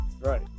Right